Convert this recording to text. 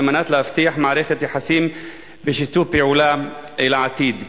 על מנת להבטיח מערכת יחסים בשיתוף פעולה לעתיד.